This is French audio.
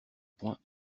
point